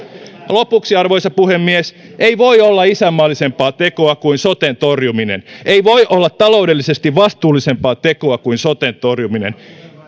lopuksi arvoisa puhemies ei voi olla isänmaallisempaa tekoa kuin soten torjuminen ei voi olla taloudellisesti vastuullisempaa tekoa kuin soten torjuminen